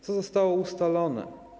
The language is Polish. Co zostało ustalone?